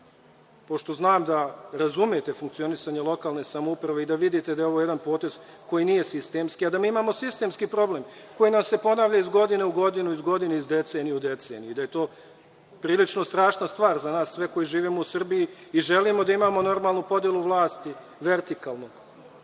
pošto znam da razumete funkcionisanje lokalne samouprave i da vidite da je ovo jedan potez koji nije sistemski, a da mi imamo sistemski problem, koji nam se ponavlja iz godine u godinu, iz decenije u deceniju, i da je to prilično strašna stvar za nas sve koji živimo u Srbiji i želimo da imamo normalnu podelu vlasti, vertikalnu,